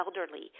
elderly